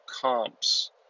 comps